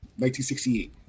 1968